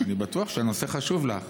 אני בטוח שהנושא חשוב לך.